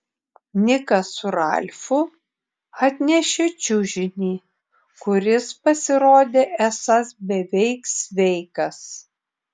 nikas su ralfu atnešė čiužinį kuris pasirodė esąs beveik sveikas